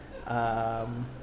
um